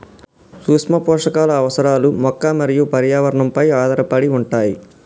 సూక్ష్మపోషకాల అవసరాలు మొక్క మరియు పర్యావరణంపై ఆధారపడి ఉంటాయి